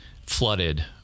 flooded